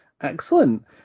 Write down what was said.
excellent